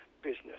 business